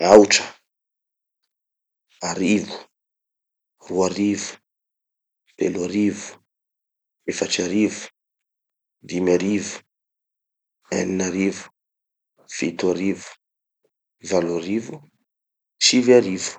Aotra, arivo, roa arivo, telo arivo, efatry arivo, dimy arivo, enina arivo, fito arivo, valo arivo, sivy arivo.